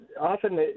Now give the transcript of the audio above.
often